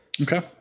Okay